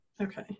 Okay